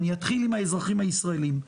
אני אתחיל עם האזרחים הישראלים,